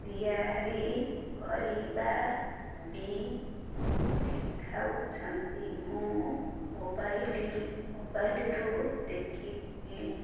ତିଆରି କରିବା ବି ଶିଖାଉଛନ୍ତି ମୁଁ ମୋବାଇଲ ମୋବାଇଲରୁ ଦେଖିଲି